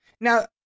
Now